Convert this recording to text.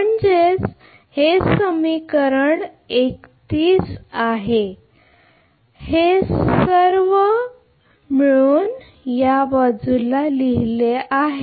म्हणजे हे समीकरण 31 समीकरण 31 म्हणजे सर्व मिळून हे डाव्या बाजूला आहे